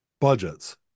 budgets